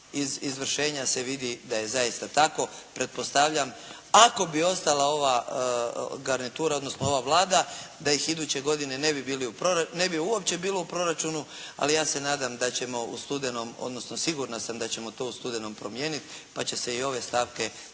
iz izvršenja se vidi da je zaista tako. Pretpostavljam ako bi ostala ova garnitura, odnosno ova Vlada da ih iduće godine ne bi uopće bilo u proračunu, ali ja se nadam da ćemo u studenome, odnosno sigurna sam da ćemo to u studenome promijeniti pa će se i ove stavke promijeniti